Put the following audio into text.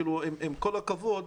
עם כל הכבוד,